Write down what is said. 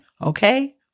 Okay